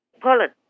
Poland